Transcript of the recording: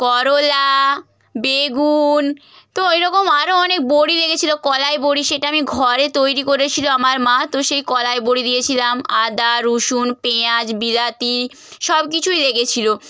করলা বেগুন তো এইরকম আরও অনেক বড়ি লেগেছিল কলাই বড়ি সেটা আমি ঘরে তৈরি করেছিল আমার মা তো সেই কলাই বড়ি দিয়েছিলাম আদা রসুন পেয়াঁজ বিলাতি সব কিছুই লেগেছিল